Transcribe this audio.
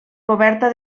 coberta